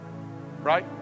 right